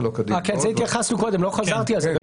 לזה התייחסנו קודם, לא חזרתי על זה.